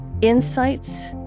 insights